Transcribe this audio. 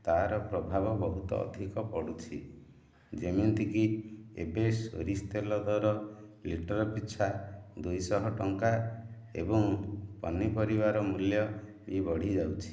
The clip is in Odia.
ତା'ର ପ୍ରଭାବ ବହୁତ ଅଧିକ ପଡ଼ୁଛି ଯେମିତିକି ଏବେ ସୋରିଷ ତେଲ ଦର ଲିଟର ପିଛା ଦୁଇଶହ ଟଙ୍କା ଏବଂ ପନିପରିବାର ମୂଲ୍ୟ ବି ବଢ଼ିଯାଉଛି